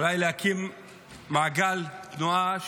אולי להקים מעגל תנועה,